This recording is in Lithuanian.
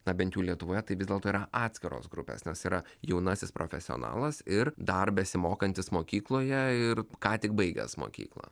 na bent jau lietuvoje tai vis dėlto yra atskiros grupės nes yra jaunasis profesionalas ir dar besimokantis mokykloje ir ką tik baigęs mokyklą